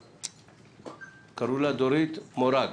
קראו לה דורית מורג,